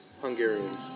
Hungarians